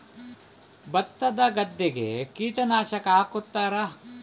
ಭತ್ತದ ಗದ್ದೆಗೆ ಕೀಟನಾಶಕ ಹಾಕುತ್ತಾರಾ?